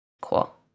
cool